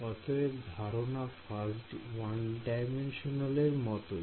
অতএব ধারণা 1D র মতই